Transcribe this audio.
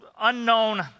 unknown